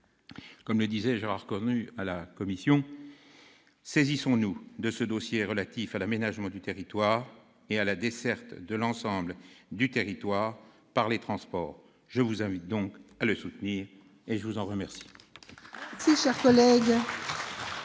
comme le disait Gérard Cornu en commission, saisissons-nous de ce dossier relatif à l'aménagement du territoire et à la desserte de l'ensemble du territoire par les transports ! Je vous invite donc à soutenir cette proposition de loi.